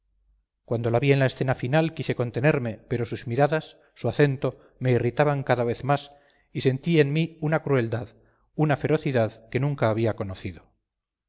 cuando la vi en la escena final quise contenerme pero sus miradas su acento me irritaban cada vez más y sentí en mí una crueldad una ferocidad que nunca había conocido